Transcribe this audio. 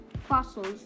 fossils